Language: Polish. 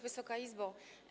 Wysoka Izbo!